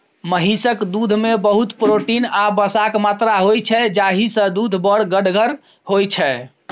महिषक दुधमे बहुत प्रोटीन आ बसाक मात्रा होइ छै जाहिसँ दुध बड़ गढ़गर होइ छै